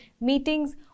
meetings